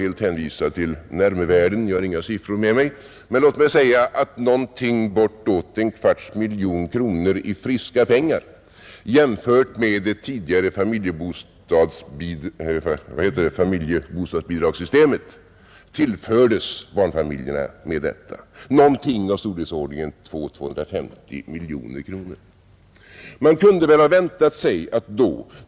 Eftersom jag inte har några siffror med mig måste jag hänvisa till ”närmevärden” — låt mig säga att jämfört med det tidigare familjebostadsbidragssystemet tillfördes barnfamiljerna bortåt en kvarts miljon kronor i friska pengar. Det rörde sig om storleksordningen 200-250 miljoner kronor.